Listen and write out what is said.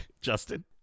justin